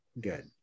Good